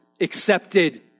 accepted